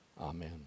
Amen